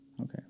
Okay